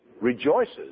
rejoices